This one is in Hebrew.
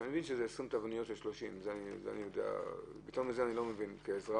אני מבין שזה 20 תבניות של 30. יותר מזה אני לא מבין כאזרח,